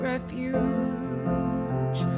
refuge